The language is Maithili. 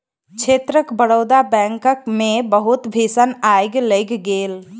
क्षेत्रक बड़ौदा बैंकक मे बहुत भीषण आइग लागि गेल